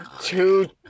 two